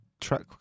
track